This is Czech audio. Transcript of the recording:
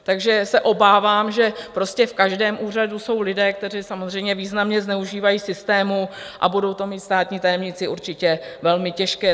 Takže se obávám, že prostě v každém úřadu jsou lidé, kteří samozřejmě významně zneužívají systému, a budou to mít státní tajemníci určitě velmi těžké.